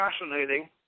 fascinating